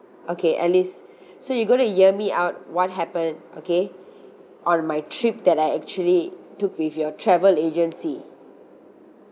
okay alice so you gonna hear me out what happened okay on my trip that I actually took with your travel agency